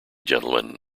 gentlemen